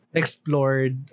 explored